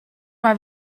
maar